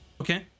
Okay